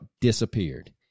disappeared